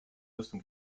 müssen